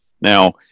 Now